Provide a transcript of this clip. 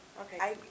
Okay